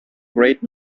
great